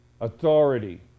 authority